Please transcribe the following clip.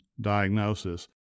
diagnosis